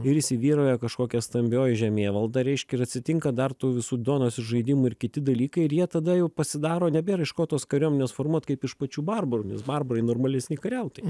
ir įsivyrauja kažkokia stambioji žemėvalda reiškia ir atsitinka dar tų visų duonos ir žaidimų ir kiti dalykai ir jie tada jau pasidaro nebėra iš ko tos kuriuomenės formuot kaip iš pačių barbarųnes barbarai normalesni kariautojai